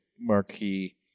marquee